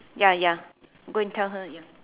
ya ya go and tell her ya